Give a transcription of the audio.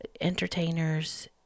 entertainers